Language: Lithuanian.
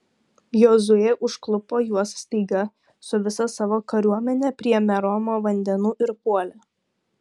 jozuė užklupo juos staiga su visa savo kariuomene prie meromo vandenų ir puolė